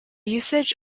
usage